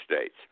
states